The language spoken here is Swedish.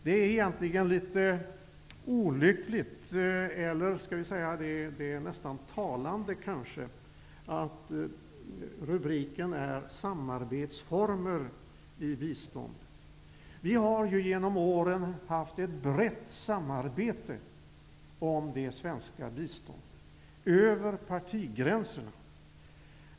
Det är egentligen litet olyckligt, nästan talande, att rubriken är Samarbetsformer i biståndet. Vi har genom åren haft ett brett samarbete om det svenska biståndet över partigränserna.